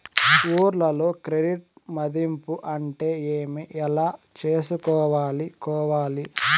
ఊర్లలో క్రెడిట్ మధింపు అంటే ఏమి? ఎలా చేసుకోవాలి కోవాలి?